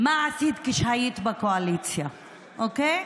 מה עשית כשהיית בקואליציה, אוקיי?